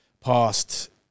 past